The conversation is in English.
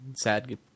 sad